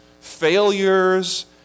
failures